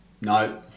No